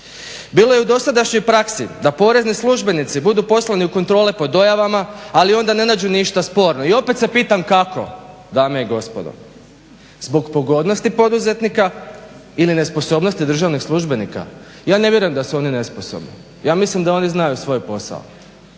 Bilo je u dosadašnjoj praksi da porezni službenici budu poslani u kontrole po dojavama, ali onda ne nađu ništa sporno. I opet se pitam kako, dame i gospodo, zbog pogodnosti poduzetnika ili nesposobnosti državnih službenika? Ja ne vjerujem da su oni nesposobni, ja mislim da oni znaju svoj posao.